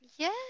Yes